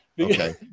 okay